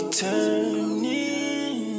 turning